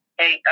hey